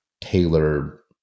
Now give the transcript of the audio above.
tailor